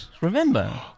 Remember